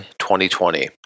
2020